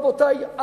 רבותי,